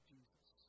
Jesus